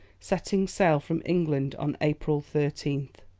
setting sail from england on april thirteenth,